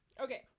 Okay